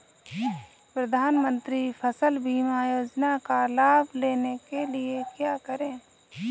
प्रधानमंत्री फसल बीमा योजना का लाभ लेने के लिए क्या करें?